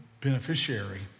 beneficiary